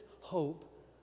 hope